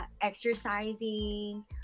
exercising